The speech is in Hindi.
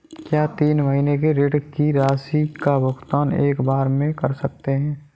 क्या तीन महीने के ऋण की राशि का भुगतान एक बार में कर सकते हैं?